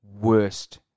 worst